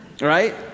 Right